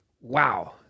Wow